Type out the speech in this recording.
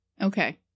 Okay